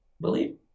believe